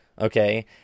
okay